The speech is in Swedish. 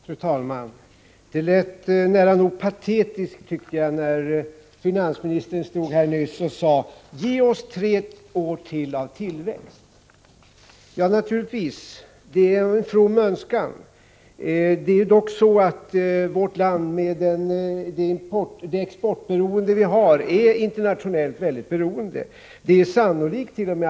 Fru talman! Det lät nära nog patetiskt när finansministern nyss stod här och sade: Ge oss ytterligare tre år av tillväxt. Ja, det är naturligtvis en from önskan. Det är dock så att vårt land med det exportberoende vi har är i avgörande mån beroende av den internationella utvecklingen. Det ärt.o.m.